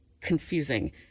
confusing